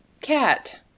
cat